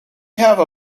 have